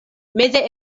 meze